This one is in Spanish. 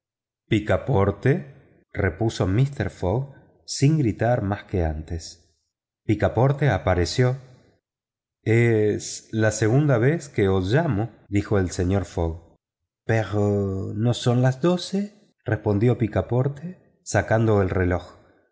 picaporte repuso mister fogg sin gritar más que antes picaporté apareció es la segunda vez que os llamo dijo el señor fogg pero no son las doce respondió picaporte sacando el reloj